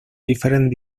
different